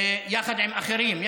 יחד עם אחרים,